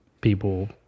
people